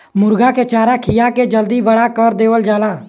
मुरगा के चारा खिया के जल्दी बड़ा कर देवल जाला